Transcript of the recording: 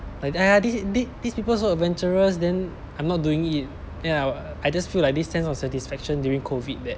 th~ these people so adventurous then I'm not doing it then I'll I just feel like this sense of satisfaction during COVID that